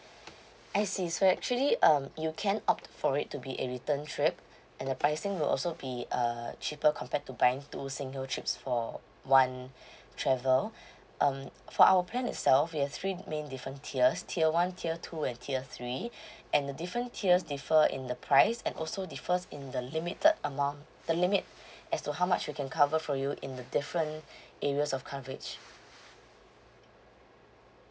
I see so actually um you can opt for it to be a return trip and the pricing will also be uh cheaper compare to buying two single trips for one travel um for our plan itself we have three main different tiers tier one tier two and tier three and the different tiers differ in the price and also differs in the limited amount the limit as to how much we can cover for you in the different areas of coverage